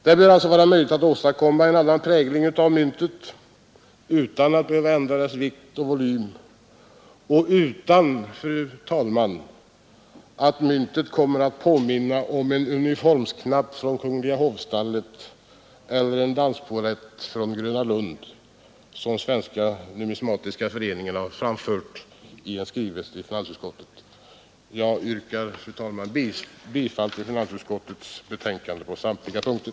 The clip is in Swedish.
Det bör alltså vara möjligt att åstadkomma en annan prägling av myntet utan att behöva ändra dess vikt och volym — och utan, fru talman, att myntet kommer att påminna om en uniformsknapp från kungl. hovstallet eller en danspollett från Gröna lund, som Svenska numismatiska föreningen uttryckt sig i en skrivelse till finansutskottet. Jag yrkar, fru talman, bifall till finansutskottets hemställan på samtliga punkter.